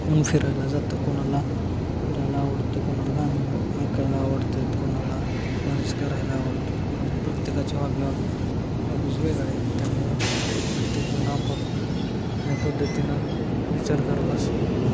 कोण फिरायला जातं कुणाला फिरायला आवडतं कोणाला गाणी ऐकायला आवडतात कोणाला डान्स करायला आवडतो कारण प्रत्येकाची हॉबी हॉबी हॉबीज वेगळ्या त्यामुळं प्रत्येकजण आपापल्या पद्धतीनं विचार करत असतो